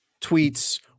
tweets